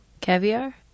Caviar